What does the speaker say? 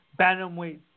Bantamweight